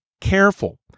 careful